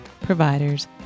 providers